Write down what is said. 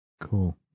Cool